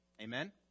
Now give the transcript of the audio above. Amen